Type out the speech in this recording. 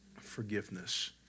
Forgiveness